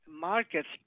markets